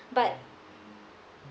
but